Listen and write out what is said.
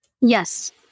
Yes